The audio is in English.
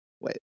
wait